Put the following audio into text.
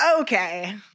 okay